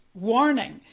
warning,